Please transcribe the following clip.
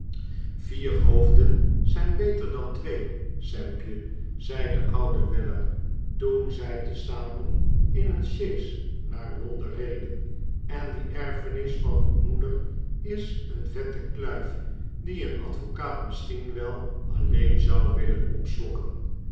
vier hoofden zijn beter dan twee sampje zei de oude weller toen zij tezamen in een sjees naar londen reden en die erfenis van uw moeder is een vette kluif die een advocaat misschien wel alleen zou willen